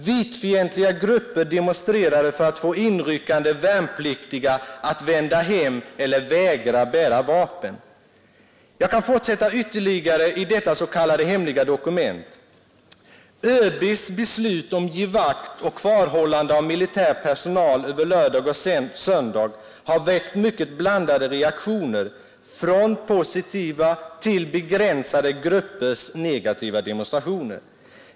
VIT-fientliga grupper demonstrerade för att få inryckande värnpliktiga att vända hem eller vägra bära vapen.” Jag kan fortsätta att citera ytterligare i detta s.k. hemliga dokument: ”ÖB beslut om GIVAKT och kvarhållande av militär personal över lördag-söndag har väckt mycket blandade reaktioner — från positiva till begränsade gruppers negativa demonstrationer.